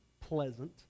pleasant